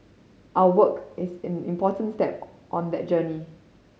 our work is an important step on that journey